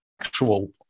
actual